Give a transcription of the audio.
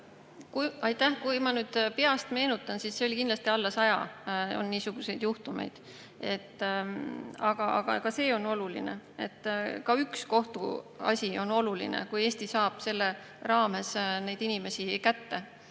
Kui ma nüüd peast meenutan, siis oli kindlasti alla saja niisuguseid juhtumeid. Aga ka see on oluline, ka üks kohtuasi on oluline, kui Eesti saab selle raames neid inimesi kätte.